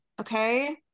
okay